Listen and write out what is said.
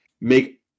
make